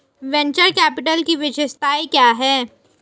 Venture capital की विशेषताएं क्या हैं?